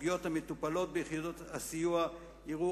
הסוגיות המטופלות ביחידות הסיוע יראו